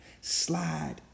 slide